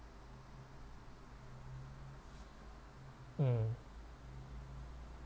mm